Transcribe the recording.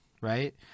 right